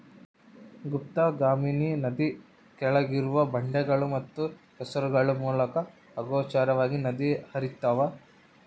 ಗುಪ್ತಗಾಮಿನಿ ನದಿ ಕೆಳಗಿರುವ ಬಂಡೆಗಳು ಮತ್ತು ಕೆಸರುಗಳ ಮೂಲಕ ಅಗೋಚರವಾಗಿ ನದಿ ಹರ್ತ್ಯಾವ